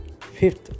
Fifth